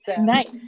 Nice